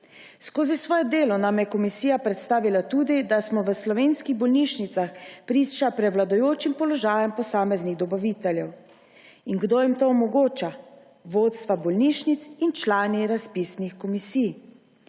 Skozi svoje delo nam je komisija predstavila tudi, da smo v slovenskih bolnišnicah priča prevladujočim položajem posameznih dobaviteljev. In kdo jim to omogoča? Vodstva bolnišnic in člani razpisnih komisij.